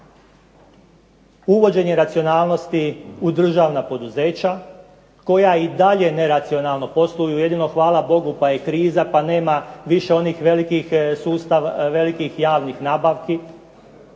uvođenje racionalnosti u državna poduzeća koja i dalje neracionalno posluju. Jedino hvala Bogu pa je kriza, pa nema više onih velikih javnih nabavki.